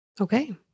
Okay